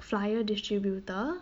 flyer distributor